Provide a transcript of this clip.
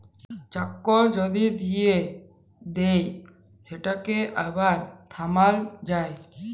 cheque যদি দিঁয়ে দেই সেটকে আবার থামাল যায়